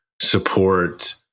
support